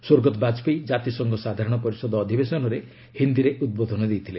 ସ୍ୱର୍ଗତ ବାଜପେୟୀ ଜାତିସଂଘ ସାଧାରଣ ପରିଷଦ ଅଧିବେସନରେ ହିନ୍ଦୀରେ ଉଦ୍ବୋଧନ ଦେଇଥିଲେ